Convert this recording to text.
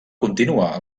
continuar